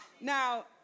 Now